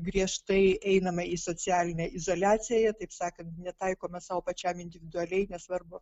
griežtai einama į socialinę izoliaciją taip sakant netaikome sau pačiam individualiai nesvarbu